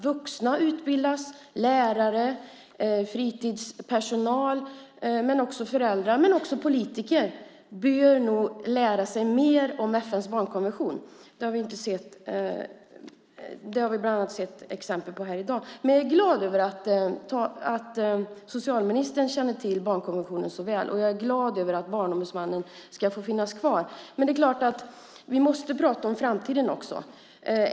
Vuxna, lärare, fritidspersonal, föräldrar och politiker bör nog lära sig mer om FN:s barnkonvention. Det har vi bland annat sett exempel på här i dag. Jag är glad över att socialministern känner till barnkonventionen så väl, och jag är glad över att Barnombudsmannen ska få finnas kvar. Men vi måste prata om framtiden också.